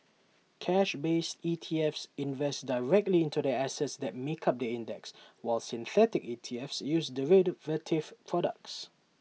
cash based ETFs invest directly into the assets that make up the index while synthetic E T Fs use derivative products